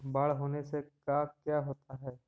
बाढ़ होने से का क्या होता है?